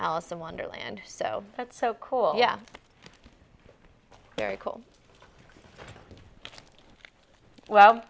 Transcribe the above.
alice in wonderland so that's so cool yeah very cool well